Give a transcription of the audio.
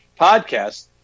podcast